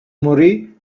morì